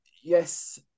yes